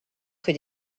que